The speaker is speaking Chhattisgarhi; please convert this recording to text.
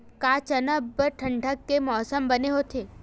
का चना बर ठंडा के मौसम बने होथे?